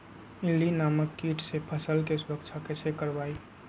इल्ली नामक किट से फसल के सुरक्षा कैसे करवाईं?